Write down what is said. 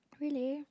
really